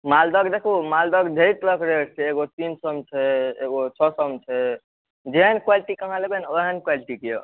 मालदह अर देखू मालदहके ढेर तरहके रेट छै एगो तीन सए मे छै एगो छओ सए मे छै जहन क्वालिटी के अहाँ लबै ने ओहेन क्वालिटी के यऽ